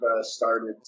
started